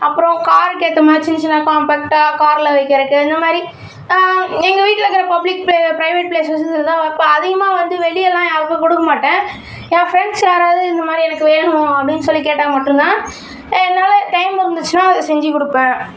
அப்புறம் காருக்கு ஏற்ற மேட்சிங்ஸ்லாம் காம்பேக்ட்டாக கார்ல வைக்கறக்கு இந்தமாதிரி எங்கள் வீட்டில இருக்க பப்ளிக் ப்ரைவேட் ப்ளேசஸ்லதான் வைப்பேன் அதிகமாக வந்து வெளியேலாம் யாருக்கும் கொடுக்க மாட்டேன் என் ஃப்ரெண்ட்ஸ் யாராவது இந்தமாதிரி எனக்கு வேணும் அப்படின்னு சொல்லி கேட்டால் மட்டும்தான் என்னால் டைம் இருந்துச்சின்னால் அதை செஞ்சு கொடுப்பேன்